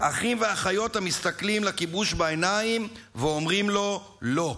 אחים ואחיות המסתכלים לכיבוש בעיניים ואומרים לו לא.